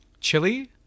Chili